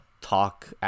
talk